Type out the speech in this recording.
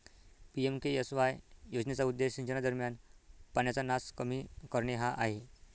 PMKSY योजनेचा उद्देश सिंचनादरम्यान पाण्याचा नास कमी करणे हा आहे